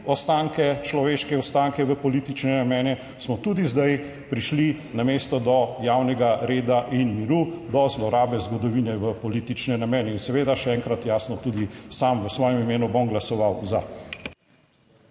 ostanke, človeške ostanke v politične namene smo tudi zdaj prišli namesto do javnega reda in miru, do zlorabe zgodovine v politične namene. In seveda še enkrat jasno, tudi sam v svojem imenu bom glasoval za.